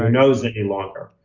nose any longer.